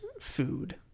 food